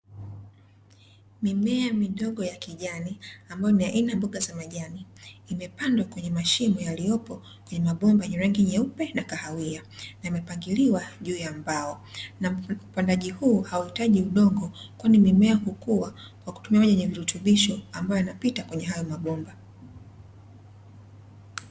Mimea midogo ya kijani ambayo ni aina ya mboga za majani, imepandwa kwenye mashimo yaliyopo kwenye mabomba yenye rangi nyeupe na kahawia, yamepangiliwa juu ya mbao, na upandaji huu hauhitaji udongo, kwani mimea hukua kwa kutumia maji yenye virutubisho ambayo yanapita kwenye hayo mabomba.